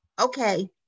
Okay